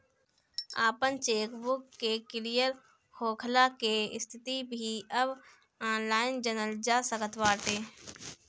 आपन चेकबुक के क्लियर होखला के स्थिति भी अब ऑनलाइन जनल जा सकत बाटे